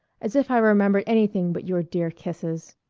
as if i remembered anything but your dear kisses.